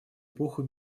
эпоху